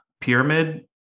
Pyramid